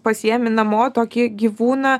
pasiemi namo tokį gyvūną